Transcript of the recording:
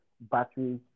batteries